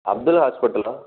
Ambika ஹாஸ்ப்பிட்டலா